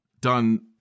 done